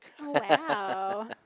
Wow